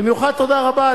במיוחד תודה רבה,